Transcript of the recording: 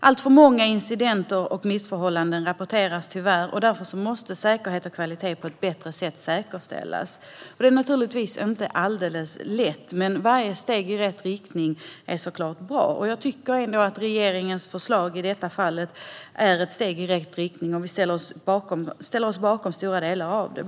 Alltför många incidenter och missförhållanden rapporteras tyvärr, och därför måste säkerhet och kvalitet säkerställas på ett bättre sätt. Det är naturligtvis inte alldeles lätt, men varje steg i rätt riktning är bra. Jag tycker att regeringens förslag i detta fall ändå är ett steg i rätt riktning, och vi ställer oss bakom stora delar av dem.